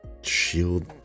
shield